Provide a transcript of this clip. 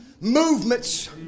movements